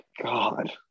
god